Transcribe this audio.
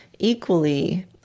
equally